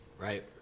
Right